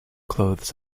clothes